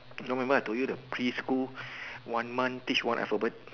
no remember I told you the preschool one month teach one alphabet